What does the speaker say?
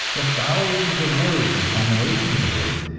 the thousands of words and combinations of words,